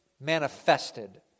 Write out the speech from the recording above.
manifested